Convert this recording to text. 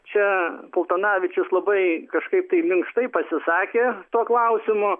čia paltanavičius labai kažkaip tai minkštai pasisakė tuo klausimu